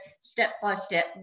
step-by-step